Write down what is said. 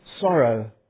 sorrow